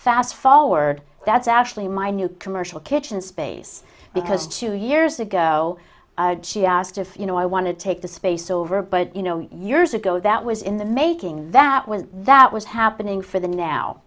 fast forward that's actually my new commercial kitchen space because two years ago she asked if you know i want to take the space over but you know years ago that was in the making that was that was happening for the now